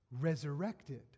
resurrected